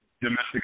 domestic